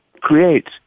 create